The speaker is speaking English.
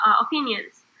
opinions